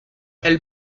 elles